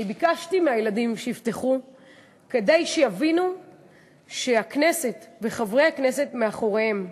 אני ביקשתי מהילדים שיפתחו כדי שיבינו שהכנסת וחברי הכנסת מאחוריהם.